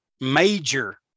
major